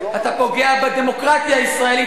אתה פוגע בדמוקרטיה הישראלית,